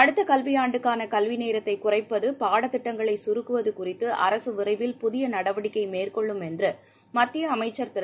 அடுத்த கல்வியான்டுக்காள கல்வி நேரத்தைக் குறைப்பது பாடதிட்டங்களை கருக்குவது குறித்து அரசு விரைவில் புதிய நடவடிக்கை மேற்கொள்ளும் என்று மத்திய அமைச்சர் திரு